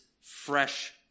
fresh